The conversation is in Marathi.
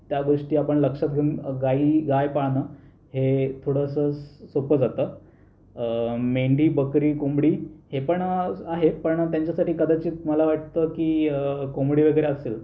त्या गोष्टी आपण लक्षात घेऊन गाई गाय पाळणं हे थोडंसं स सोपं जातं मेंढी बकरी कोंबडी हे पण आहे पण त्यांच्यासाठी कदाचित मला वाटतं की कोंबडी वगैरे असेल